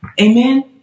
Amen